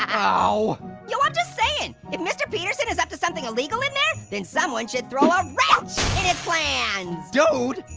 um so yo, i'm just sayin'. if mr. peterson is up to something illegal in there, then someone should throw a wrench in his plans. dude,